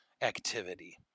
activity